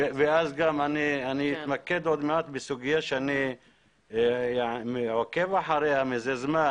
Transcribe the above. אני עוד מעט אתמקד בסוגיה שאני עוקב אחריה מזה זמן